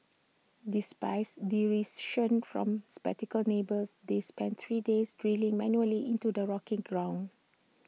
despites derision from neighbours they spent three days drilling manually into the rocky ground